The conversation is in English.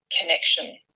connection